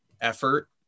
effort